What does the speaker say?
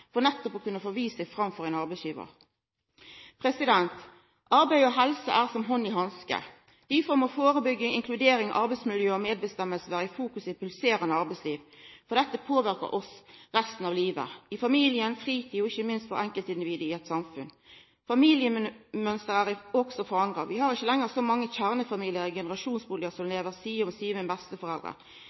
til nettopp å kunna få vist seg fram for ein arbeidsgivar. Arbeid og helse er som hand i hanske. Difor må førebygging, inkludering, arbeidsmiljø og medbestemming vera i fokus i eit pulserande arbeidsliv. Dette påverkar oss resten av livet, i familien, i fritida – og ikkje minst enkeltindividet, i eit samfunn. Familiemønsteret er òg forandra. Vi har ikkje lenger så mange kjernefamiliar i generasjonsbustader som lever side om